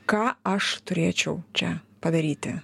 ką aš turėčiau čia padaryti